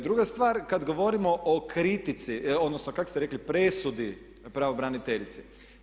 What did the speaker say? Druga stvar kad govorimo o kritici odnosno kak ste rekli presudi pravobraniteljice.